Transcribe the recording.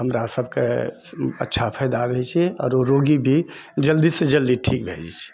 हमरा सभके अच्छा फायदा होइत छै आओर ओ रोगी भी जल्दीसे जल्दी ठीक भै जाइत छै